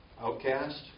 Outcast